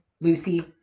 lucy